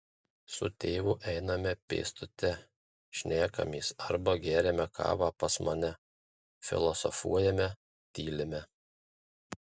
su tėvu einame pėstute šnekamės arba geriame kavą pas mane filosofuojame tylime